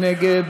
מי נגד?